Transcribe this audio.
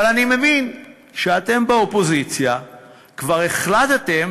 אבל אני מבין שאתם באופוזיציה כבר החלטתם